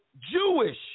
Jewish